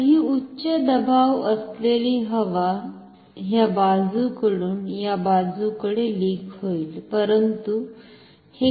तर ही उच्च दबाव असलेली हवा ह्या बाजुकडून या बाजूकडे लीक होईल परंतु हे काही वेळ घेईल